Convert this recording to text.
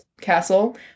castle